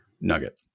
nugget